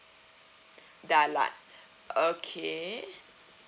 dalat okay